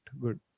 good